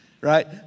right